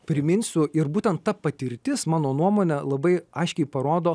priminsiu ir būtent ta patirtis mano nuomone labai aiškiai parodo